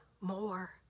more